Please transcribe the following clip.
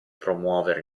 promuovere